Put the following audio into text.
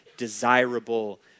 desirable